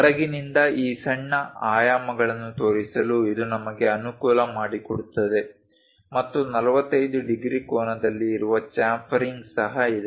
ಹೊರಗಿನಿಂದ ಈ ಸಣ್ಣ ಆಯಾಮಗಳನ್ನು ತೋರಿಸಲು ಇದು ನಮಗೆ ಅನುಕೂಲ ಮಾಡಿಕೊಡುತ್ತದೆ ಮತ್ತು 45 ಡಿಗ್ರಿ ಕೋನದಲ್ಲಿ ಇರುವ ಚ್ಯಾಮ್ಫರಿಂಗ್ ಸಹ ಇದೆ